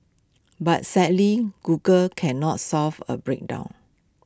but sadly Google cannot solve A breakdown